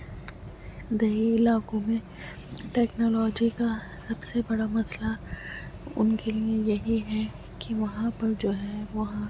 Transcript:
دیہی علاقوں میں ٹیکنالوجی کا سب سے بڑا مسئلہ ان کے لیے وہی ہے کہ وہاں پر جو ہے وہاں